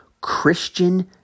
Christian